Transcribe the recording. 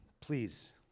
please